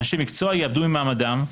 אנשי מקצוע יאבדו ממעמדם,